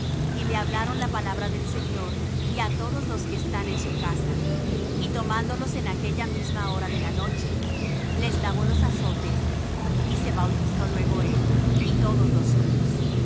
y le hablaron la palabra del señor y á todos los que estan en su casa y tomándolos en aquella misma hora de la noche les lavó los azotes y se bautizó luego él y todos los suyos